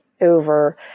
over